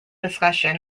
discussion